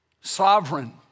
sovereign